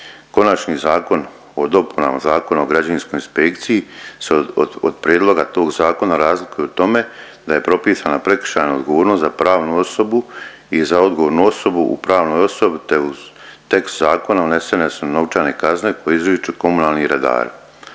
Konačni zakona o dopunama Zakona o građevinskoj inspekciji se od prijedloga tog zakona razlikuje u tome da propisana prekršajna odgovornost za pravnu osobu i za odgovornu osobu u pravnoj osobi, te u tekst zakona unesene su novčane kazne koje izriču komunalni redari.